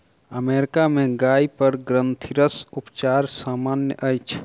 America में गाय पर ग्रंथिरस उपचार सामन्य अछि